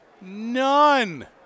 None